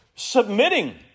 submitting